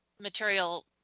material